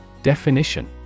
Definition